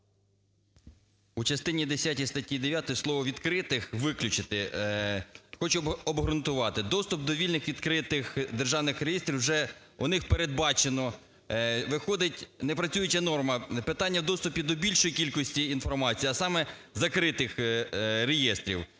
В частині десятій статті 9 слово "відкритих" виключити. Хочу обґрунтувати. Доступ до вільних відкритих державних реєстрів вже, в них передбачено, виходить непрацююча норма, питання доступів до більшої кількості інформації, а саме, закритих реєстрів.